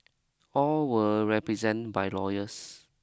all were represented by lawyers